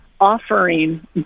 offering